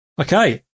Okay